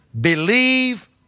Believe